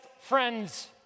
friends